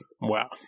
wow